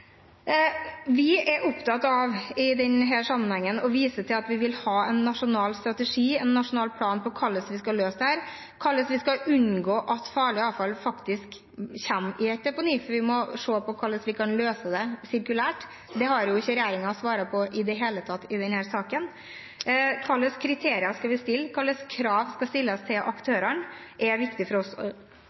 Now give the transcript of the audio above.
er vi opptatt av å vise til at vi vil ha en nasjonal strategi, en nasjonal plan for hvordan vi skal løse dette, hvordan vi skal unngå at farlig avfall faktisk kommer i et deponi, for vi må se på hvordan vi kan løse dette sirkulært. Det har ikke regjeringen svart på i det hele tatt i denne saken. Hva slags kriterier skal vi ha? Hvilke krav skal stilles til aktørene? Dette er det viktig for oss